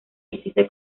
existe